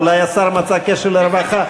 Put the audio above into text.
אולי השר מצא קשר לרווחה.